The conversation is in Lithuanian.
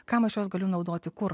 kam aš juos galiu naudoti kur